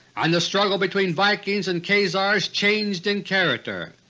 and the struggle between vikings and khazars changed in character.